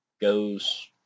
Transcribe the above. goes